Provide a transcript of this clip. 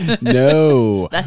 No